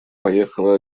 поехала